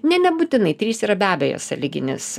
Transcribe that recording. ne nebūtinai trys yra be abejo sąlyginis